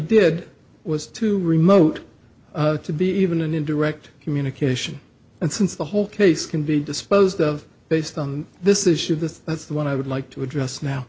did was too remote to be even in direct communication and since the whole case can be disposed of based on this issue of this that's the one i would like to address now